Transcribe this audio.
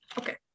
Okay